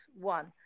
One